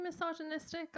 misogynistic